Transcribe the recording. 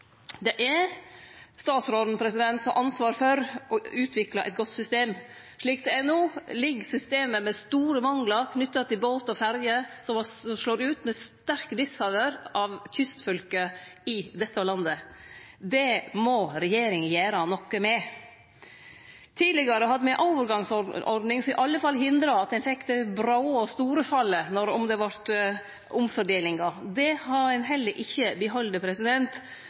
Det er statsråden som har ansvar for å utvikle eit godt system. Slik det er no, er det eit system med store manglar knytte til båt og ferje, som slår ut i sterk disfavør av kystfylke i dette landet. Det må regjeringa gjere noko med. Tidlegare hadde me ei overgangsordning som i alle fall hindra at ein fekk det brå og store fallet om det vart omfordelingar. Det har ein heller ikkje behalde.